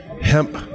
hemp